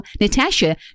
Natasha